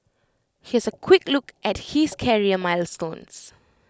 here's A quick look at his career milestones